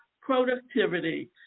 productivity